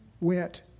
went